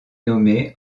nommée